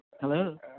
Hello